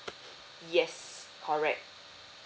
yes correct